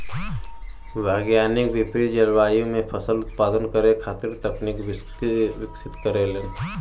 वैज्ञानिक विपरित जलवायु में फसल उत्पादन करे खातिर तकनीक विकसित करेलन